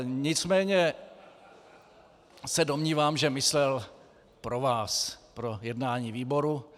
Nicméně se domnívám, že myslel pro vás, pro jednání výboru.